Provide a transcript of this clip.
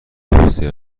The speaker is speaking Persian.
درستی